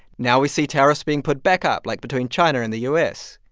now we see tariffs being put back up like between china and the u s.